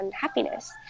happiness